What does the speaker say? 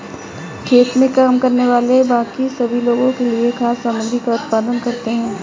खेत में काम करने वाले बाकी सभी लोगों के लिए खाद्य सामग्री का उत्पादन करते हैं